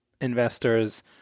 investors